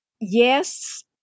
Yes